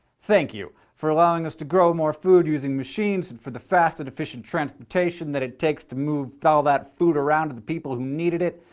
thank you for allowing us to grow more food using machines, and for the fast and efficient transportation that it takes to move all that food around to the people who needed it,